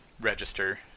register